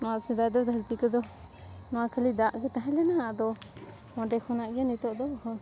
ᱱᱚᱣᱟ ᱥᱮᱫᱟᱭ ᱫᱚ ᱫᱷᱟᱹᱨᱛᱤ ᱠᱚᱫᱚ ᱱᱚᱣᱟ ᱠᱷᱟᱹᱞᱤ ᱫᱟᱜ ᱜᱮ ᱛᱟᱦᱮᱸ ᱞᱮᱱᱟ ᱟᱫᱚ ᱚᱸᱰᱮ ᱠᱷᱚᱱᱟᱜ ᱜᱮ ᱱᱤᱛᱳᱜ ᱫᱚ